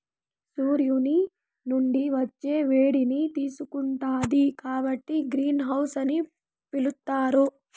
సూర్యుని నుండి వచ్చే వేడిని తీసుకుంటాది కాబట్టి గ్రీన్ హౌస్ అని పిలుత్తారు